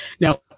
Now